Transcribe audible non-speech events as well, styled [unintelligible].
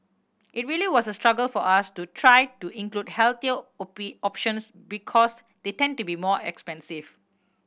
it really was a struggle for us to try to include healthier [unintelligible] options because they tend to be more expensive